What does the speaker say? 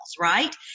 right